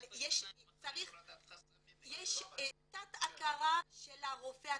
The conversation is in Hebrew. אבל יש תת הכרה של הרופא הצרפתי.